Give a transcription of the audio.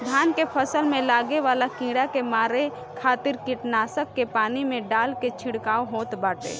धान के फसल में लागे वाला कीड़ा के मारे खातिर कीटनाशक के पानी में डाल के छिड़काव होत बाटे